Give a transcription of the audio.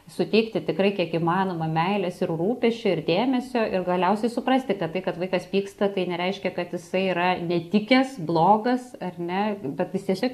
suteikti tikrai kiek įmanoma meilės ir rūpesčio ir dėmesio ir galiausiai suprasti kad tai kad vaikas pyksta tai nereiškia kad jisai yra netikęs blogas ar ne bet jis tiesiog